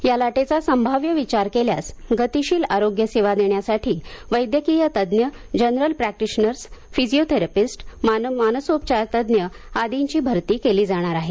या लाटेचा संभाव्य विचार केल्यास गतिशील आरोग्यसेवा देण्यासाठी वैद्यकीय तज्ज्ञ जनरल प्रॅक्टिशनर्स फिजिओथेरेपिस्ट मानसोपचारतज्ञ आदींची भरती केली जाणार आहे